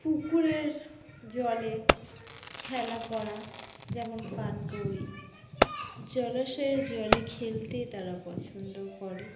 পুকুরের জলে খেলা করা যেমন পানকৌড়ি জলাশয়ের জলে খেলতেই তারা পছন্দ করে